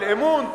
על אמון,